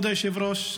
כבוד היושב-ראש,